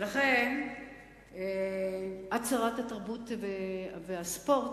לכן את שרת התרבות והספורט,